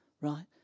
right